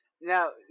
Now